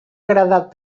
agradat